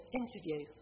interview